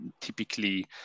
typically